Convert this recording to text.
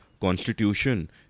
constitution